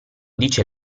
dice